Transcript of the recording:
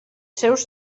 seus